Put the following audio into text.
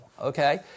Okay